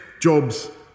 jobs